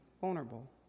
vulnerable